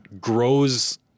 grows